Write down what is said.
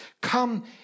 Come